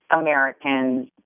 Americans